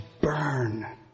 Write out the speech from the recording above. burn